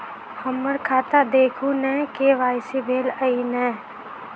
हम्मर खाता देखू नै के.वाई.सी भेल अई नै?